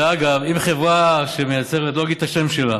ואגב, אם חברה שמייצרת, ואני לא אגיד את השם שלה,